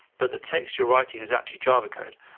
but the text you're writing is actually java code.